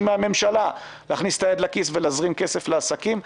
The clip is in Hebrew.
מהממשלה להכניס את היד לכיס ולהזרים כסף לעסקים,